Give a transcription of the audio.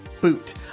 boot